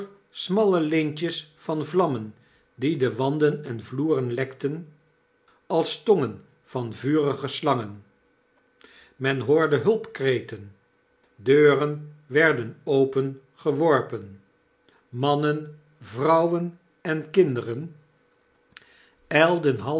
smalle lintjes van vlammen die de wanden en vloeren lekten als tongen van vurige slangen men hoorde hulpkreten deuren werden opengeworpen mannen vrouwen en kinderen